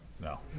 No